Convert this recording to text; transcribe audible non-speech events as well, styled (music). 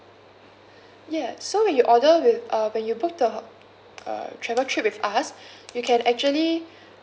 (breath) ya so when you order with uh when you book the uh travel trip with us (breath) you can actually (breath)